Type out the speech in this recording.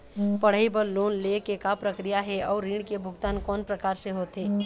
पढ़ई बर लोन ले के का प्रक्रिया हे, अउ ऋण के भुगतान कोन प्रकार से होथे?